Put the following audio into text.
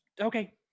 Okay